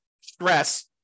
stress